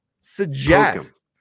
suggest